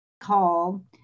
call